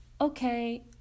okay